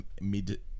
mid